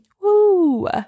Woo